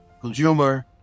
consumer